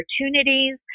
opportunities